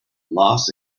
loss